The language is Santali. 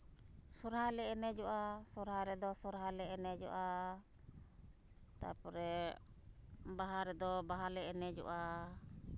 ᱥᱚᱨᱦᱟᱭ ᱞᱮ ᱮᱱᱮᱡᱚᱜᱼᱟ ᱥᱚᱨᱦᱟᱭ ᱨᱮᱫᱚ ᱥᱚᱨᱦᱟᱭ ᱞᱮ ᱮᱱᱮᱡᱚᱜᱼᱟ ᱛᱟᱨᱯᱚᱨᱮ ᱵᱟᱦᱟ ᱨᱮᱫᱚ ᱵᱟᱦᱟ ᱞᱮ ᱮᱱᱮᱡᱚᱜᱼᱟ